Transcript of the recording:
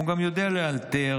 הוא גם יודע לאלתר,